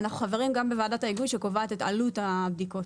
אנחנו חברים גם בוועדת ההיגוי שקובעת את עלות הבדיקות.